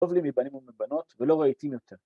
טוב לי מבנים ומבנות ולא ראיתים יותר